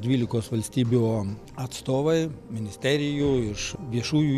dvylikos valstybių atstovai ministerijų iš viešųjų